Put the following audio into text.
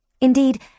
Indeed